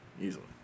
Easily